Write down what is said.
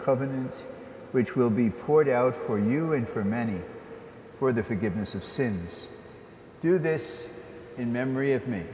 covenant which will be poured out for you and for many for the forgiveness of sins do this in memory of me